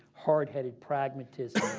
hard-headed pragmatism